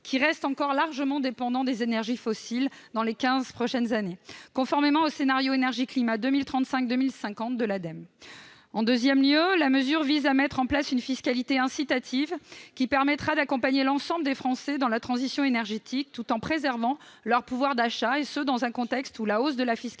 qui restera encore largement dépendant des énergies fossiles dans les quinze prochaines années, conformément au scénario énergie-climat 2035-2050 de l'Agence de l'environnement et de la maîtrise de l'énergie, l'ADEME. En deuxième lieu, la mesure vise à mettre en place une fiscalité incitative, qui permettra d'accompagner l'ensemble des Français dans la transition énergétique, tout en préservant leur pouvoir d'achat, dans un contexte où la hausse de la fiscalité